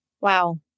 Wow